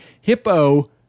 Hippo